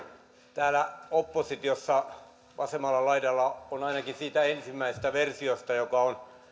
täällä oppositiossa vasemmalla laidalla on ainakin siitä ensimmäisestä versiosta joka on